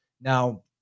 Now